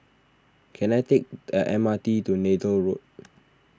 can I take the M R T to Neythal Road